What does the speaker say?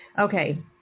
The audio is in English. Okay